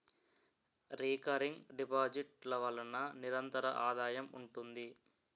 recurring deposit ల వలన నిరంతర ఆదాయం ఉంటుంది